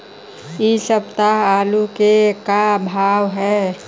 इ सप्ताह आलू के का भाव है?